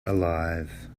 alive